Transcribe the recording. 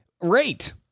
rate